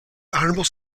honourable